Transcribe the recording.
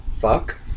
Fuck